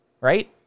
Right